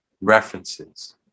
references